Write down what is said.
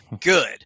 good